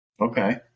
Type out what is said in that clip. Okay